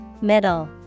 middle